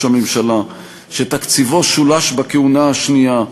הממשלה ותקציבו שולש בכהונה השנייה,